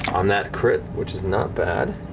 on that crit, which is not bad.